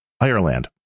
Ireland